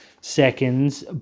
seconds